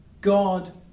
God